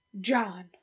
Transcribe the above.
John